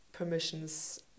Permissions